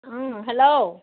hello